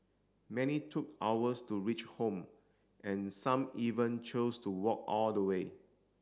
many took hours to reach home and some even chose to walk all the way